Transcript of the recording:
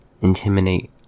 intimidate